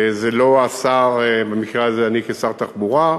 וזה לא השר, במקרה הזה אני כשר התחבורה.